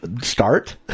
Start